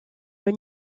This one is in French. aux